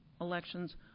elections